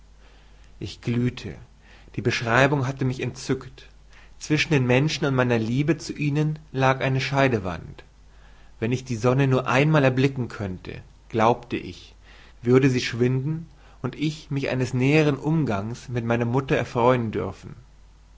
ich glühete die beschreibung hatte mich entzückt zwischen den menschen und meiner liebe zu ihnen lag eine scheidewand wenn ich die sonne nur einmal erblicken könnte glaubte ich würde sie schwinden und ich mich eines näheren umgangs mit meiner mutter erfreuen dürfen